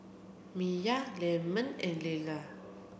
Miya Leamon and Leala